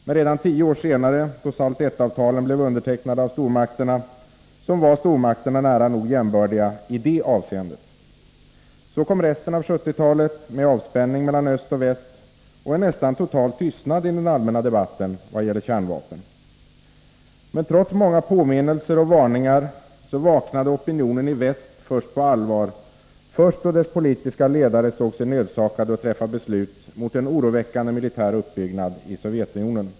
Men redan 10 år senare, då SALT 1-avtalen blev undertecknade av stormakterna, var stormakterna nära nog jämbördiga i detta avseende. Så kom resten av 1970-talet med avspänning mellan öst och väst och en nästan total tystnad i den allmänna debatten vad gäller kärnvapen. Men trots många påminnelser och varningar vaknade opinionen i väst på allvar först då dess politiska ledare såg sig nödsakade att träffa beslut mot en oroväckande militär uppbyggnad i Sovjetunionen.